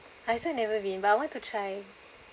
I've also never been but I want to try